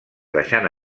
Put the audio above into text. deixant